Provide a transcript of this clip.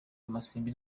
amasimbi